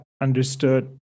understood